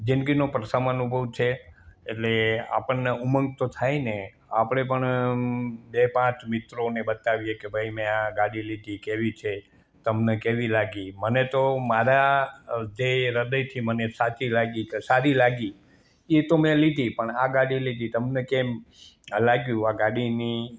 જિંદગીનો પણ સમ અનુભવ છે એટલે આપણને ઉમંગ તો થાય ને આપણે પણ અમ બે પાંચ મિત્રોને બતાવીએ કે ભાઈ મેં આ ગાડી લીધી કેવી છે તમને કેવી લાગી મને તો મારા અ જે હૃદયથી સાચી લાગી કે સારી લાગી એ તો મેં લીધી પણ આ ગાડી લીધી તમને કેમ આ લાગ્યું આ ગાડીની